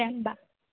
दे होनबा